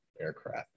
aircraft